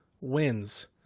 wins